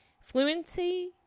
fluency